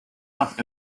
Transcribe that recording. off